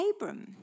Abram